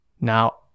now